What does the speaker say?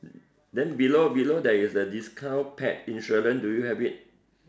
then below below there is a discount pet insurance do you have it